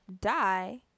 die